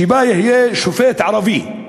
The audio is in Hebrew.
שיהיה בה שופט ערבי.